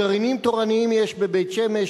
גרעינים תורניים יש בבית-שמש,